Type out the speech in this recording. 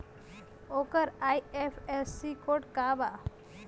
ओकर IFSC code का बा?